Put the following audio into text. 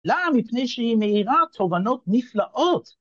למה? מפני שהיא מאירה תובנות נפלאות.